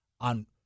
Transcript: on